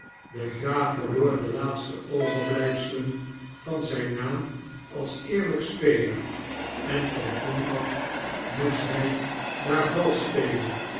de graaf verloor de laatste overblyfselen van zp naam als eerlyk speler en van toen af moest hy daar valsch spelen